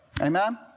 Amen